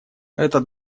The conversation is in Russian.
этот